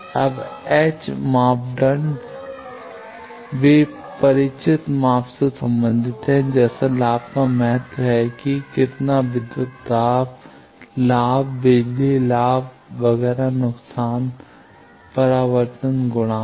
अब एस मापदंडों वे परिचित माप से संबंधित हैं जैसे लाभ का मतलब है कि कितना विद्युत दाब लाभ बिजली लाभ वगैरह नुकसान परावर्तन गुणांक